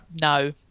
No